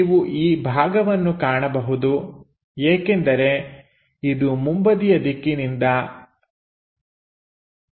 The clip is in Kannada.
ನೀವು ಈ ಭಾಗವನ್ನು ಕಾಣಬಹುದು ಏಕೆಂದರೆ ಇದು ಮುಂಬದಿಯ ದಿಕ್ಕಿನಿಂದ ಇರಬೇಕು